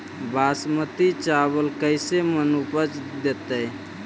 बासमती चावल कैसे मन उपज देतै?